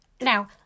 Now